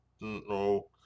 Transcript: no